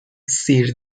سیر